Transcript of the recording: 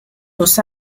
los